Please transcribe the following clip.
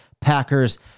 Packers